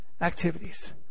activities